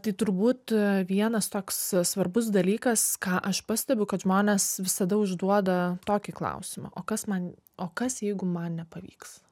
tai turbūt vienas toks svarbus dalykas ką aš pastebiu kad žmonės visada užduoda tokį klausimą o kas man o kas jeigu man nepavyks